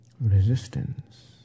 resistance